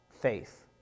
faith